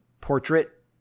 portrait